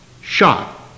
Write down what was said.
shot